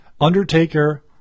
Undertaker